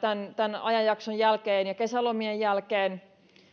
tämän tämän ajanjakson ja kesälomien jälkeen